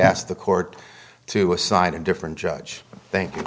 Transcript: ask the court to assign a different judge thank